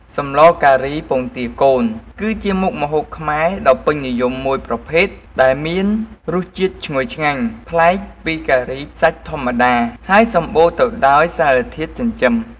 សម្លការីពងទាកូន គឺជាមុខម្ហូបខ្មែរដ៏ពេញនិយមមួយប្រភេទ ដែលមានរសជាតិឈ្ងុយឆ្ងាញ់ ប្លែកពីការីសាច់ធម្មតា ហើយសម្បូរទៅដោយសារធាតុចិញ្ចឹម។